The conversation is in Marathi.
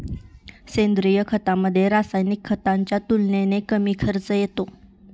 सेंद्रिय खतामध्ये, रासायनिक खताच्या तुलनेने कमी खर्च येतो